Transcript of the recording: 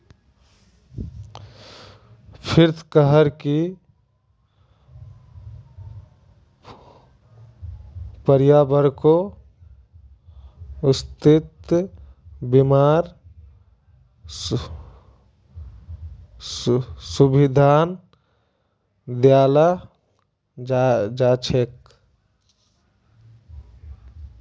फ्रीत वहार परिवारकों स्वास्थ बीमार सुविधा दियाल जाछेक